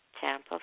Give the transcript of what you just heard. Tampa